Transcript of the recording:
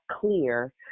clear